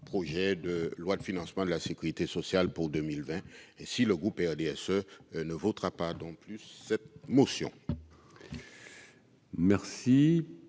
projet de loi de financement de la sécurité sociale pour 2020. Ainsi le groupe RDSE ne votera-t-il pas non plus cette motion.